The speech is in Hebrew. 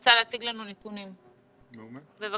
רוצה להציג לנו נתונים, בבקשה.